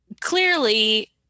clearly